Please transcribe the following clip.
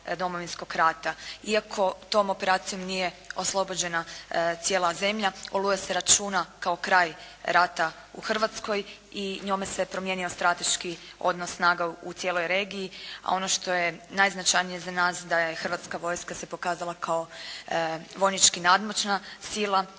Iako tom operacijom nije oslobođena cijela zemlja «Oluja» se računa kao kraj rata u Hrvatskoj i njome se promijenio strateški odnos snaga u cijeloj regiji, a ono što je najznačajnije za nas da je hrvatska vojska se pokazala kao vojnički nadmoćna sila